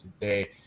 today